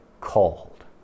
called